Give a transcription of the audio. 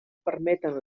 permeten